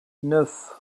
neuf